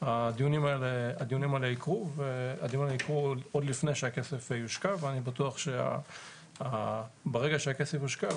שהדיונים האלה יקרו ועוד לפני שהכסף יושקע ואני בטוח שברגע שהכסף יושקע,